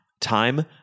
time